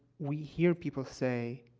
we hear people say,